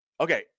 Okay